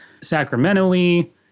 sacramentally